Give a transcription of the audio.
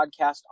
podcast